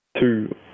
two